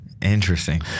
Interesting